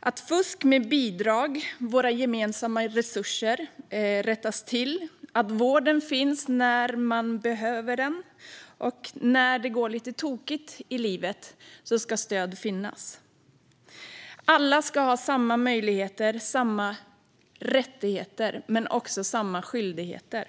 att fusk med bidrag - våra gemensamma resurser - rättas till och att vården finns när man behöver den. Och när det går lite tokigt i livet ska stöd finnas. Alla ska ha samma möjligheter och samma rättigheter men också samma skyldigheter.